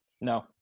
No